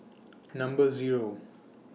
Number Zero